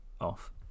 off